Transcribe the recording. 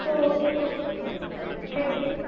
O okay ma'am okay